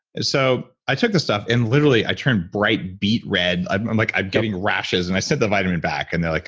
and so i took the stuff. and literally, i turned bright beet red. i'm i'm like i'm getting rashes. and i set the vitamin back. and they're like,